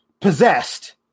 possessed